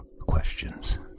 questions